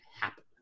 happen